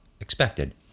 expected